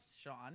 Sean